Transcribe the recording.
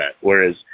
whereas